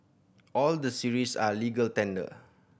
all the series are legal tender